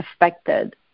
affected